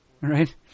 right